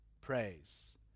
praise